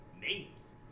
names